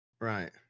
Right